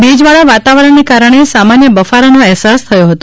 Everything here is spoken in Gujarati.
ભેજવાળા વાતાવરણને કારણે સામાન્ય બફારાનો અહેસાસ થયો હતો